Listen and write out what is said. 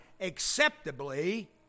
acceptably